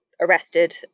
arrested